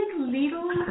little